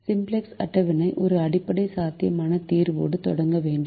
simplex அட்டவணை ஒரு அடிப்படை சாத்தியமான தீர்வோடு தொடங்க வேண்டும்